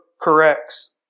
corrects